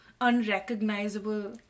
unrecognizable